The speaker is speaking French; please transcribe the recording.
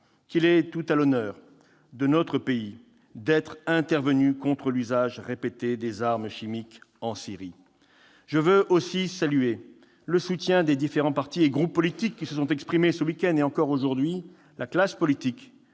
qu'il est tout à l'honneur de notre pays d'être intervenu contre l'usage répété des armes chimiques en Syrie. Je veux aussi saluer le soutien des différents partis et groupes politiques qui se sont exprimés ce week-end et encore aujourd'hui. La classe politique